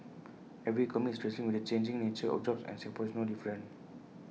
every economy is wrestling with the changing nature of jobs and Singapore is no different